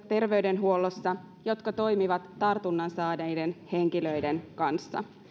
terveydenhuollon henkilöstö joka toimii tartunnan saaneiden henkilöiden kanssa